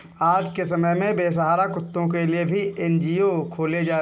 आज के समय में बेसहारा कुत्तों के लिए भी एन.जी.ओ खोले जा रहे हैं